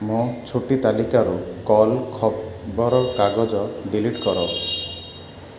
ମୋ ଛୁଟି ତାଲିକାରୁ କଲ୍ ଖବରକାଗଜ ଡ଼ିଲିଟ୍ କର